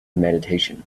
meditation